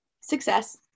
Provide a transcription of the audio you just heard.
success